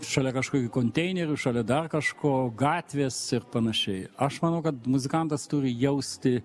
šalia kažkokių konteinerių šalia dar kažko gatvės ir panašiai aš manau kad muzikantas turi jausti